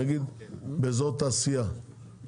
נגיד באזור תעשייה,